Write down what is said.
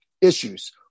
issues